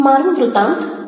મારું વ્રુતાંત વિ